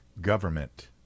government